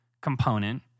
component